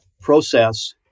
process